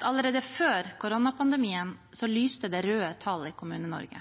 Allerede før koronapandemien lyste det røde tall i Kommune-Norge.